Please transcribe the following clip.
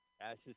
Ashes